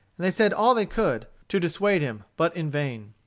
they said all they could to dissuade him, but in vain.